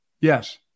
Yes